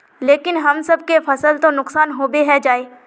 लेकिन हम सब के फ़सल तो नुकसान होबे ही जाय?